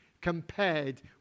compared